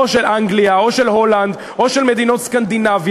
או של אנגליה או של הולנד או של מדינות סקנדינביה,